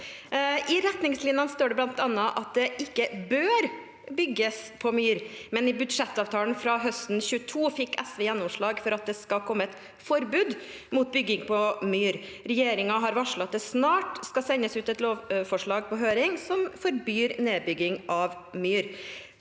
I retningslinjene står det bl.a. at det ikke bør bygges på myr. I budsjettavtalen fra høsten 2022 fikk SV gjennomslag for at det skal komme et forbud mot bygging på myr. Regjeringen har også varslet at det snart skal sendes ut et lovforslag på høring som forbyr nedbygging av myr.